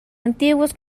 antiguos